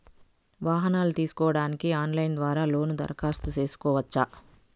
వాహనాలు తీసుకోడానికి ఆన్లైన్ ద్వారా లోను దరఖాస్తు సేసుకోవచ్చా?